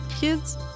kids